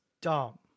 dumb